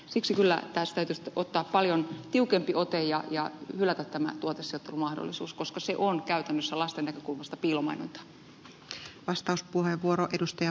siksi kyllä tästä täytyisi ottaa paljon tiukempi ote ja hylätä tämä tuotesijoittelumahdollisuus koska se on käytännössä lasten näkökulmasta piilomainontaa